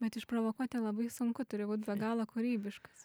bet išprovokuoti labai sunku turi būt be galo kūrybiškas